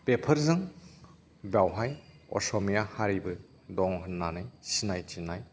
बेफोरजों बेवहाय असमिया हारिबो दं होननानै सिनायथिनाय